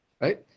Right